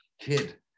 kid